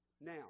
Now